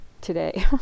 today